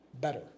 better